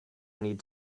need